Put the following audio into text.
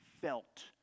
felt